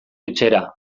etxera